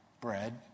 bread